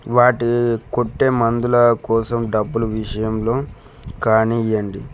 వాటి కొట్టే మందుల కోసం డబ్బులు విషయంలో కానీయండి